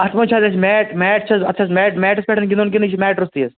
اَتھ منٛز چھِ حظ اَسہِ میٹ میٹ چھِ حظ اَتھ چھِ حظ میٹ میٹَس پٮ۪ٹھ گِنٛدُن کِنہٕ یہِ چھُ میٹہٕ روٚستُے حظ